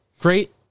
great